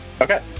Okay